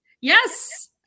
Yes